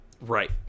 Right